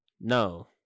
No